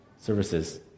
services